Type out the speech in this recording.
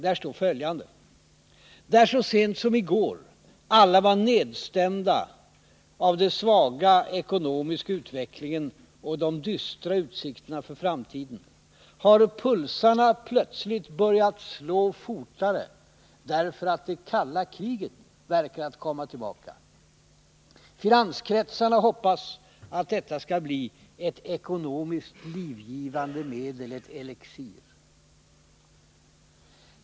Där står följande: Där så sent som i går alla var nedstämda av den svaga ekonomiska utvecklingen och de dystra utsikterna för framtiden, har pulsarna plötsligt börjat slå fortare därför att det kalla kriget verkar att komma tillbaka. Finanskretsarna hoppas att detta skall bli ett ekonomiskt livgivande medel, ett elixir.